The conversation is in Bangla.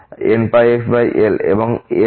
cos nπxl এবং তারপর l 2